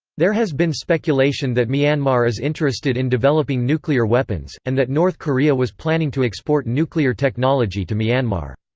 there has been speculation that myanmar is interested in developing nuclear weapons, and that north korea was planning to export nuclear technology to myanmar.